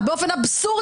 כמו בהכרעת רוב,